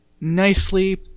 nicely